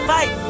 Fight